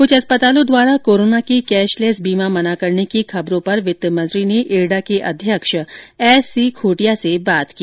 कुछ अस्पतालों द्वारा कोरोना के कैशलेस बीमा मना करने की खबरों पर वित्त मंत्री ने इरडा के अध्यक्ष एससी खूंटिया से बात की